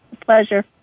Pleasure